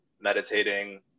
meditating